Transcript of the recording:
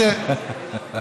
בחמאס אומרים את זה עכשיו.